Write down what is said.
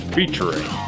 Featuring